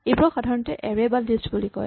এইবোৰক সাধাৰণতে এৰে বা লিষ্ট বুলি কয়